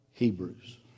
Hebrews